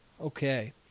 Okay